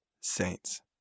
saints